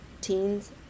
teens